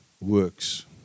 works